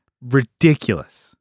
Ridiculous